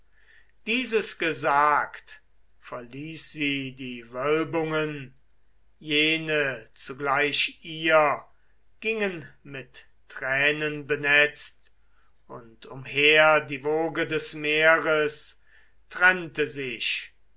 dieses gesagt verließ sie die wölbungen jene zugleich ihr gingen mit tränen benetzt und umher die woge des meeres trennte sich